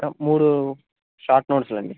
అ మూడు షార్ట్ నోట్స్లు అండి